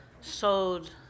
sold